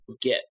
get